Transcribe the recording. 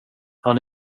han